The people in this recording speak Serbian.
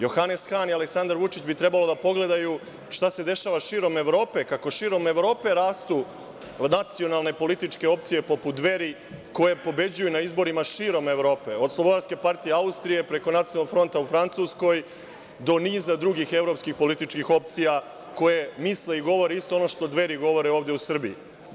Johanes Han i Aleksandar Vučić bi trebalo da pogledaju šta se dešava širom Evrope, kako širom Evrope rastu nacionalne političke opcije, poput Dveri, koje pobeđuju na izborima širom Evrope, od Slobodarske partije Austrije, preko Nacionalnog fronta u Francuskoj, do niza drugih evropskih političkih opcija koje misle i govore isto ono što Dveri govore ovde u Srbiji.